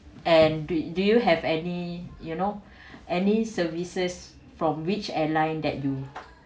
and do do you have any you know any services from which airline that you